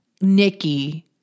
Nikki